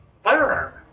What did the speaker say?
firearm